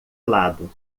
lado